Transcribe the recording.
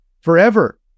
Forever